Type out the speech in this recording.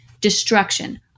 Destruction